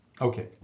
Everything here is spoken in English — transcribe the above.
Okay